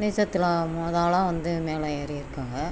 நீச்சத்தில் மொதல் ஆளாக வந்து மேலே ஏறி இருக்கங்க